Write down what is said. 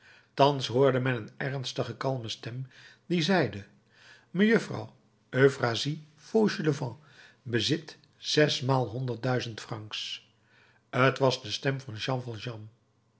thans hoorde men een ernstige kalme stem die zeide mejuffrouw euphrasie fauchelevent bezit zesmaal honderd duizend francs t was de stem van jean